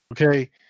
okay